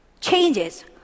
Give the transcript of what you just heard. changes